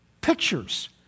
pictures